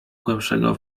głębszego